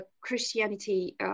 Christianity